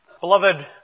Beloved